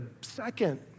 second